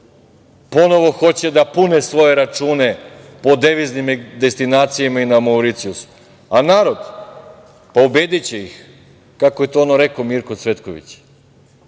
Ponovo hoće da pune svoje račune po deviznim destinacijama i na Mauricijusu. A narod, pobediće ih. Kako je ono rekao Mirko Cvetković